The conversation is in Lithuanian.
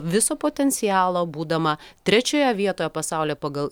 viso potencialo būdama trečioje vietoje pasaulyje pagal